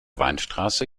weinstraße